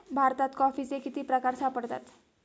भारतात कॉफीचे किती प्रकार सापडतात?